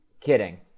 kidding